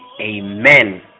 Amen